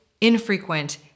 infrequent